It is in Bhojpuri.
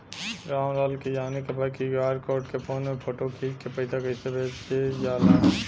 राम लाल के जाने के बा की क्यू.आर कोड के फोन में फोटो खींच के पैसा कैसे भेजे जाला?